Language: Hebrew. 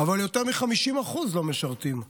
אבל יותר מ-50% לא משרתים,